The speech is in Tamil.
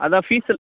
அதான் ஃபீஸல்